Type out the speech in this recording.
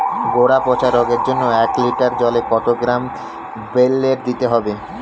গোড়া পচা রোগের জন্য এক লিটার জলে কত গ্রাম বেল্লের দিতে হবে?